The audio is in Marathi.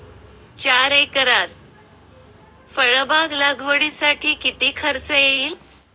चार एकरात फळबाग लागवडीसाठी किती खर्च येईल?